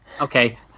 okay